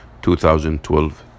2012